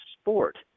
sport